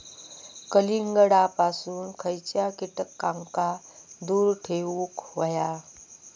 कलिंगडापासून खयच्या कीटकांका दूर ठेवूक व्हया?